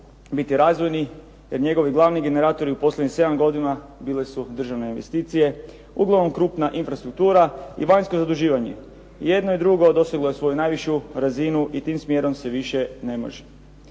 biti razvojni jer njegovi glavni generatori u posljednjih sedam godina bile su državne investicije, uglavnom krupna infrastruktura i vanjsko zaduživanje. I jedno i drugo doseglo je svoju najvišu razinu i tim smjerom se više ne može.